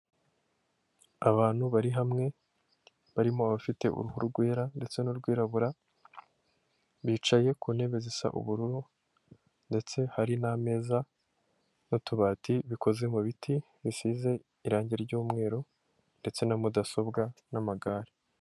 Abantu bari hamwe barimo abafite uruhu rwera ndetse n'urwirabura, bicaye ku ntebe zisa ubururu ndetse hari n'ameza n'utubati bikoze mu biti bisize irangi ry'umweru ndetse na mudasobwa n'amagare.